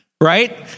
Right